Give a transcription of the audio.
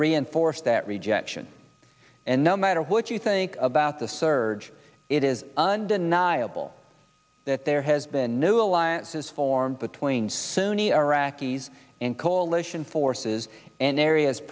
reinforce that rejection and no matter what you think about the surge it is undeniable that there has been new alliances formed between sunni iraqis and coalition forces and areas